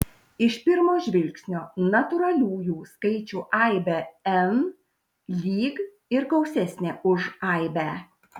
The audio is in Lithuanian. iš pirmo žvilgsnio natūraliųjų skaičių aibė n lyg ir gausesnė už aibę